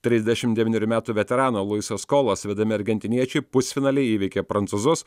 trisdešimt devynerių metų veterano luiso skolos vedami argentiniečiai pusfinalyje įveikė prancūzus